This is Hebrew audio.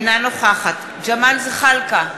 אינה נוכחת ג'מאל זחאלקה,